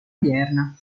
odierna